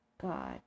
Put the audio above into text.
god